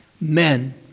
Men